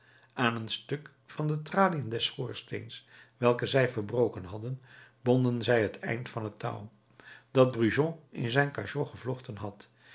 aan een stuk van de traliën des schoorsteens welke zij verbroken hadden bonden zij het eind van het touw dat brujon in zijn cachot gevlochten had